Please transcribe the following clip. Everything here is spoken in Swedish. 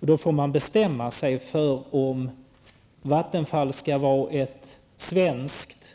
I det läget får man bestämma sig för om Vattenfall skall vara ett svenskt